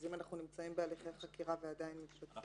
אז אם אנחנו נמצאים בהליכי החקירה ועדיין --- אז